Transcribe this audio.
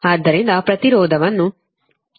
ಆದ್ದರಿಂದ ಪ್ರತಿರೋಧವನ್ನು 25